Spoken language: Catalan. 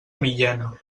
millena